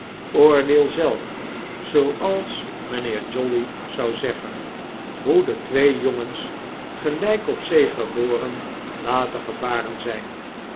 oordeel zelf zooals mpheer jolly zou zeggen hoe de twee jongens tegeljjk op zee geboren later gevaren zgn